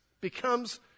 becomes